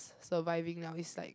surviving now is like